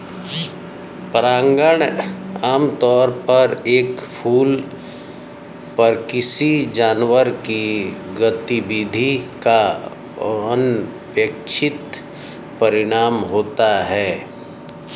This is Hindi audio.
परागण आमतौर पर एक फूल पर किसी जानवर की गतिविधि का अनपेक्षित परिणाम होता है